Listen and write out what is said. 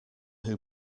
who